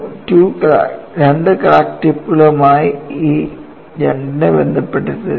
2 crack ടിപ്പുകൾക്കായി ഈ 2 നെ ബന്ധപ്പെടുത്തരുത്